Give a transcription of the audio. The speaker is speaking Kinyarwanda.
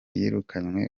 yirukanywe